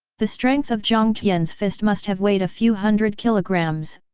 the strength of jiang tian's fist must have weighed a few hundred kilograms,